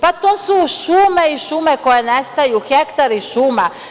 Pa to su šume i šume koje nestaju, hektari šuma.